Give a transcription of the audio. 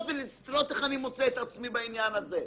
ולראות איך אני מוצא את עצמי בעניין הזה.